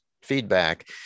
feedback